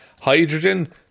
Hydrogen